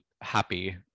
happy